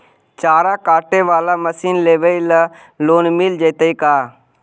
चारा काटे बाला मशीन लेबे ल लोन मिल जितै का?